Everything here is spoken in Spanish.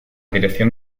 dirección